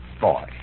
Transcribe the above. boy